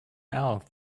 else